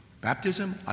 Baptism